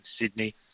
Sydney